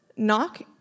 Knock